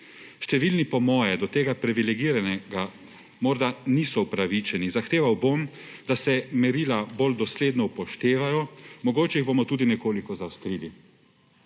»Številni po moje do tega privilegiranega morda niso upravičeni. Zahteval bom, da se merila bolj dosledno upoštevajo, mogoče jih bomo tudi nekoliko zaostrili.«